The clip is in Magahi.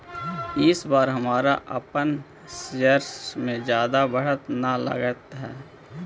इस बार हमरा अपन शेयर्स में जादा बढ़त न लगअ हई